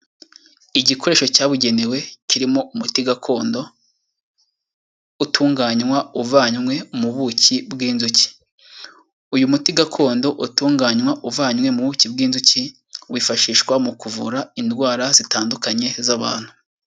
Igikoresho cyabugenewe kirimo umuti gakondo, utunganywa uvanywe mu buki bw'inzuki, uyu muti gakondo utunganywa uvanywe mu buki bw'inzuki, wifashishwa mu kuvura indwara zitandukanye z'abantu.